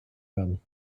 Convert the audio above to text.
werden